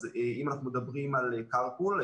אם אנחנו מדברים על קארפול,